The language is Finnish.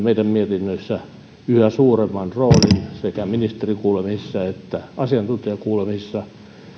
meidän mietinnöissämme yhä suuremman roolin sekä ministerikuulemisissa että asiantuntijakuulemisissa